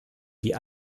die